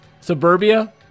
Suburbia